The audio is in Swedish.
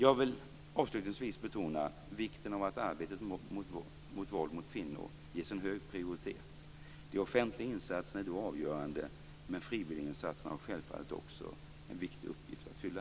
Jag vill avslutningsvis betona vikten av att arbetet mot våld mot kvinnor ges en hög prioritet. De offentliga insatserna är då avgörande, men frivilliginsatserna har självfallet också en viktig uppgift att fylla.